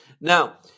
now